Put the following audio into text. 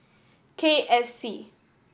K F C